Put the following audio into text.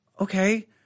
okay